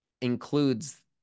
includes